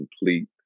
complete